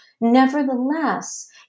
Nevertheless